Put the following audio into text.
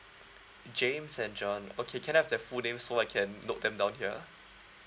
james and john okay can I have their full name so I can note them down here